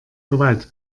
gewalt